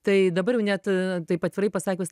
tai dabar jau net taip atvirai pasakius